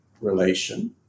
relation